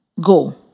Go